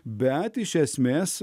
bet iš esmės